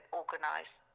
organised